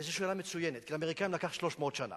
וזו שאלה מצוינת, כי לאמריקנים לקח 300 שנה